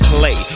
Play